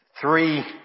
three